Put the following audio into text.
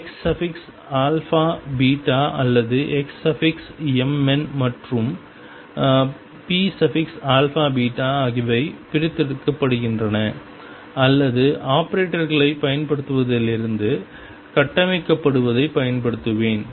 xαβ அல்லது xmn மற்றும் pαβ ஆகியவை பிரித்தெடுக்கப்படுகின்றன அல்லது ஆபரேட்டர்களைப் பயன்படுத்துவதிலிருந்து கட்டமைக்கப்பட்டதைப் பயன்படுத்துவேன்